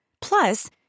Plus